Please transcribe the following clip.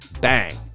Bang